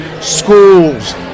schools